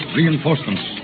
reinforcements